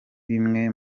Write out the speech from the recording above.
bimwe